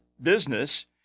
business